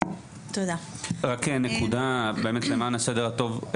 רק למען הסדר הטוב,